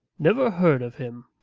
never heard of him.